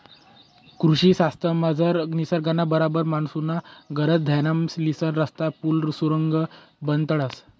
कृषी शास्त्रमझार निसर्गना बराबर माणूसन्या गरजा ध्यानमा लिसन रस्ता, पुल, सुरुंग बनाडतंस